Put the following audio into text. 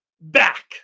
back